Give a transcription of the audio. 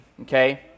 okay